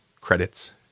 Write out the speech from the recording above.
credits